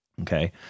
okay